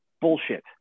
bullshit